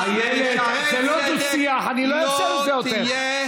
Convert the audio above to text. אולי יש דברי טעם בדברים שאני אומרת?